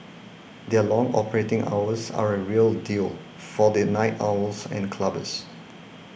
their long operating hours are a real deal for the night owls and clubbers